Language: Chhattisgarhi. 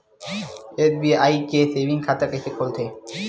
एस.बी.आई के सेविंग खाता कइसे खोलथे?